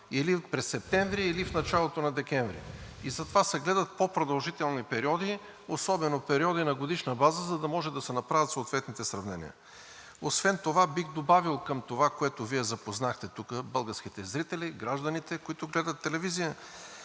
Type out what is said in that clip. или през септември, или в началото на декември. И затова се гледат по-продължителни периоди, особено периоди на годишна база, за да може да се направят съответните сравнения. Освен това бих добавил към това, с което Вие запознахте тук българските зрители, гражданите, които гледат телевизия,